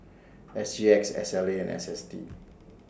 S G X S L A and S S T